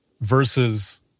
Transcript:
versus